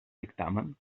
dictamen